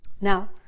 Now